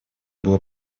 было